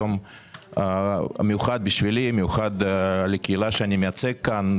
הוא יום מיוחד ומיוחד עבור הקהילה אותה אני מייצג כאן.